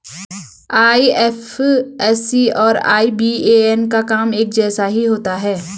IFSC और IBAN का काम एक जैसा ही होता है